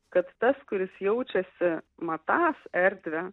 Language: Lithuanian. kad tas kuris jaučiasi matantis erdvę